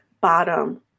bottom